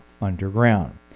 underground